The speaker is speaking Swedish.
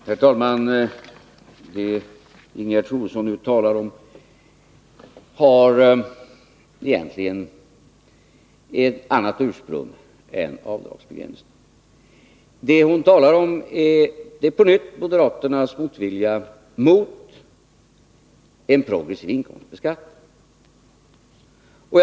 Herr talman! Det Ingegerd Troedsson nu talar om har egentligen ett annat ursprung än avdragsbegränsningen. Det hon talar om är, på nytt, moderaternas motvilja mot en progressiv inkomstbeskattning.